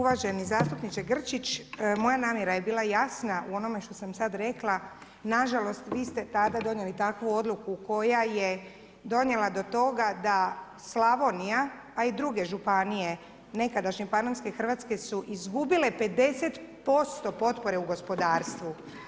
Uvaženi zastupniče Grčić, moja namjera je bila jasna u onome što sam sad rekla, nažalost vi ste tada donijeli takvu odluku koja je donijela do toga da Slavonija a i druge županije nekadašnje Panonske Hrvatske su izgubile 50% potpore u gospodarstvu.